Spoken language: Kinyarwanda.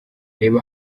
reba